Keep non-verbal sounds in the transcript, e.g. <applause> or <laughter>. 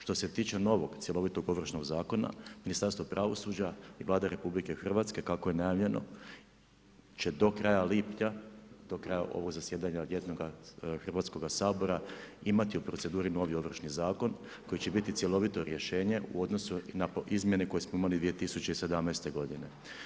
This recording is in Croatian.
Što se tiče novog, cjelovitog Ovršnog zakona, Ministarstvo pravosuđa i Vlada RH, kako je najavljeno će do kraja lipnja, do kraja ovog zasjedanja ... <unintelligible> Hrvatskoga sabora imati u proceduri novi Ovršni zakon koji će biti cjelovito rješenje u odnosu na izmjene koje smo imali 2017. godine.